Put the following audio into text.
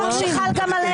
זה לחוק, לחוק שחל גם עליך.